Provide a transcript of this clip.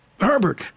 Herbert